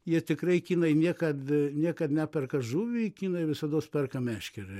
jie tikrai kinai niekad niekad neperka žuvį kinai visados perka meškerę